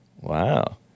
Wow